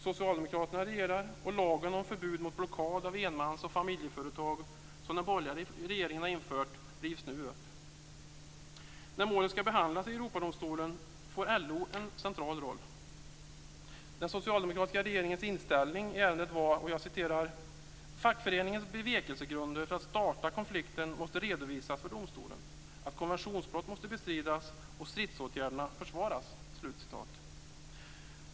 Socialdemokraterna regerar, och lagen om förbud mot blockad av enmans och familjeföretag, som den borgerliga regeringen har infört, rivs nu upp. När målet skall behandlas i Europadomstolen får LO en central roll. Den socialdemokratiska regeringens inställning i ärendet var: "Fackföreningens bevekelsegrunder för att starta konflikten måste redovisas för domstolen, att konventionsbrott måste bestridas och stridsåtgärderna försvaras."